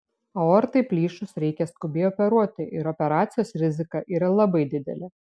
aortai plyšus reikia skubiai operuoti ir operacijos rizika yra labai didelė